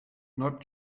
not